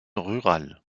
rurale